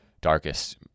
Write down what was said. darkest